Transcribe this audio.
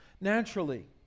naturally